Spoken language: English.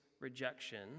rejection